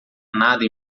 nada